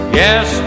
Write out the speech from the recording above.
yes